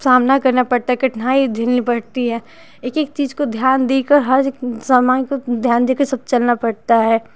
सब सामना करना पड़ता है कठिनाई झेलनी पड़ती है एक एक चीज को ध्यान देकर हर समय को ध्यान देकर चलना पड़ता है